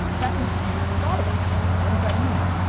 that needs to be thought about. what does that mean?